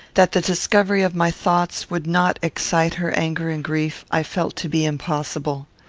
that the discovery of my thoughts would not excite her anger and grief, i felt to be impossible.